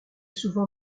souvent